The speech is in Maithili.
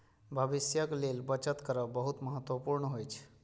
भविष्यक लेल बचत करब बहुत महत्वपूर्ण होइ छै